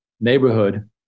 neighborhood